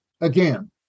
again